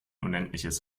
unendliches